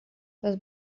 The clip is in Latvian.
tas